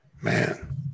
Man